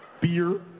beer